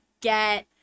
get